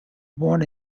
born